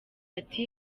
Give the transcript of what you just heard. ati